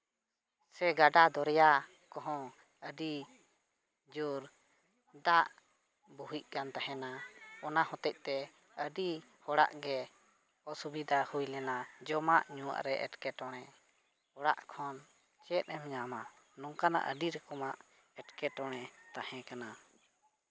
ᱥᱮ ᱜᱟᱰᱟ ᱫᱚᱨᱭᱟ ᱠᱚᱦᱚᱸ ᱟᱹᱰᱤ ᱡᱳᱨ ᱫᱟᱜ ᱵᱩᱦᱤᱜ ᱠᱟᱱ ᱛᱟᱦᱮᱱᱟ ᱚᱱᱟ ᱦᱚᱛᱮᱫ ᱛᱮ ᱟᱹᱰᱤ ᱦᱚᱲᱟᱜ ᱜᱮ ᱚᱥᱩᱵᱤᱫᱷᱟ ᱦᱩᱭ ᱞᱮᱱᱟ ᱡᱚᱢᱟᱜ ᱧᱩᱣᱟᱜ ᱨᱮ ᱮᱴᱠᱮᱴᱚᱬᱮ ᱚᱲᱟᱜ ᱠᱷᱚᱱ ᱪᱮᱫ ᱮᱢ ᱧᱟᱢᱟ ᱱᱚᱝᱠᱟᱱᱟᱜ ᱟᱹᱰᱤ ᱨᱚᱠᱚᱢᱟᱜ ᱮᱴᱠᱮᱴᱚᱬᱮ ᱛᱟᱦᱮᱸ ᱠᱟᱱᱟ